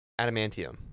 adamantium